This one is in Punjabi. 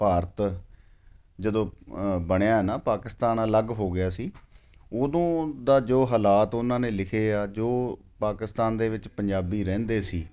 ਭਾਰਤ ਜਦੋਂ ਬਣਿਆ ਨਾ ਪਾਕਿਸਤਾਨ ਅਲੱਗ ਹੋ ਗਿਆ ਸੀ ਉਦੋਂ ਦਾ ਜੋ ਹਾਲਾਤ ਉਹਨਾਂ ਨੇ ਲਿਖੇ ਆ ਜੋ ਪਾਕਿਸਤਾਨ ਦੇ ਵਿੱਚ ਪੰਜਾਬੀ ਰਹਿੰਦੇ ਸੀ